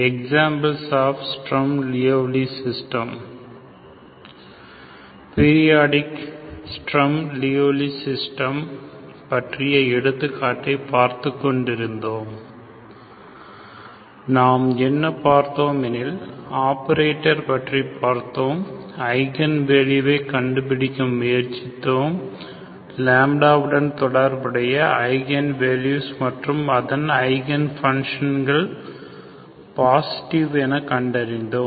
examples of Sturm Liouville system periodic Sturm Liouville system பற்றிய எடுத்துக்காட்டை பார்த்துக்கொண்டிருந்தோம் நாம் என்ன பார்த்தோம் எனில் ஆபரேட்டர் பற்றி பார்த்தோம் ஐகன் வேல்யூவை கண்டுபிடிக்க முயற்சித்தோம் உடன் தொடர்புடைய ஐகன் வேல்யூஸ் மற்றும் அதன் ஐகன் ஃப்ன்சன்கள் பாஸிட்டிவ் என கண்டறிந்தோம்